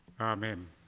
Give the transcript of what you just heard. Amen